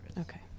Okay